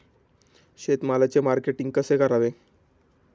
शेतमालाचे मार्केटिंग कसे करावे?